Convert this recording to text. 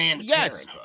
Yes